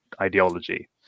ideology